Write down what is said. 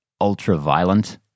ultra-violent